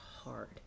hard